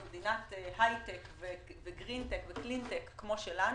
במדינת הייטק וגרינטק וקלינטק כמו שלנו,